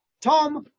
Tom